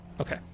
Okay